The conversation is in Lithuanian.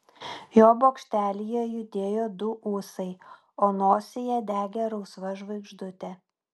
jo bokštelyje judėjo du ūsai o nosyje degė rausva žvaigždutė